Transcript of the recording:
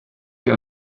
hier